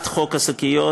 עד חוק השקיות,